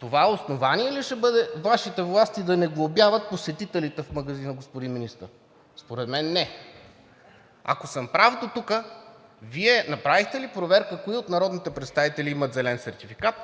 Това основание ли ще бъде Вашите власти да не глобяват посетителите в магазина, господин Министър? Според мен – не. Ако съм прав дотук, Вие направихте ли проверка кои от народните представители имат зелен сертификат?